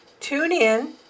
TuneIn